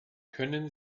können